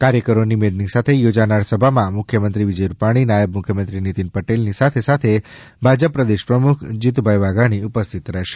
કાર્યકરોની મેદની સાથે યોજાનાર સભા માં મુખ્ય મંત્રી વિજય રૂપાણી તથા નાયબ મુખ્યમંત્રી નિતિનભાઈપટેલ ની સાથોસાથ ભાજપ પ્રદેશ પ્રમુખ જીતુભાઈ વાઘાણી ઉપસ્થિત હશે